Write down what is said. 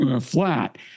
Flat